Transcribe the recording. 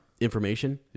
information